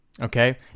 okay